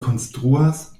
konstruas